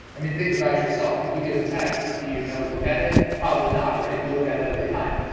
i mean, think about yourself, when you get a text, do you never look at it? probably not, right? you look at it every time.